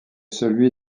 celui